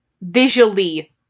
visually